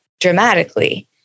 dramatically